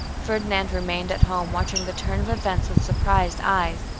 ferdinand remained at home watching the turn of events with surprised eyes.